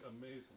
amazing